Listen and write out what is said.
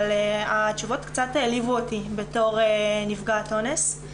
אבל התשובות קצת העליבו אותי בתור נפגעת אונס.